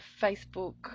Facebook